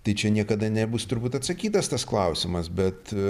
tai čia niekada nebus turbūt atsakytas tas klausimas bet